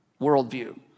worldview